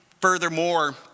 furthermore